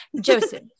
Joseph